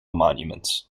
monuments